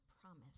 promise